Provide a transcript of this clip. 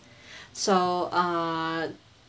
so uh